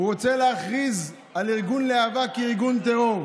הוא רוצה להכריז על ארגון להב"ה כארגון טרור.